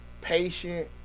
patient